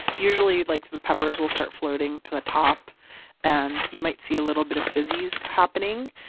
usually like the peppers will start floating to the top and you might see a little bit of fizzies happening.